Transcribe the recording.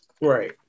Right